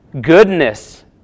goodness